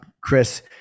Chris